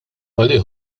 għalih